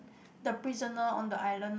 the prisoner on the island